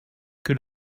que